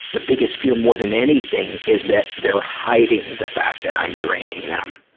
the biggest fear, more than anything, is that they're hiding the fact that i'm draining them.